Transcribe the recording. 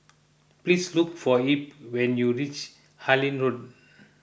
please look for Ebb when you reach Harlyn Road